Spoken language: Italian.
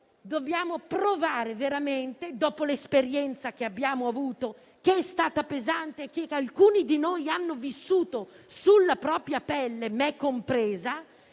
Dobbiamo ricordare che l'esperienza che abbiamo vissuto è stata pesante, e che alcuni di noi hanno vissuto sulla propria pelle, me compresa.